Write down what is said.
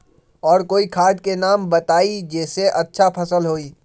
और कोइ खाद के नाम बताई जेसे अच्छा फसल होई?